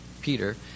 Peter